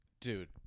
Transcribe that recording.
dude